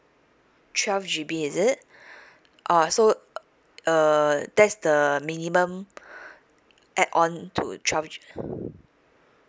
twelve G_B is it uh so uh that's the minimum add on to twelve G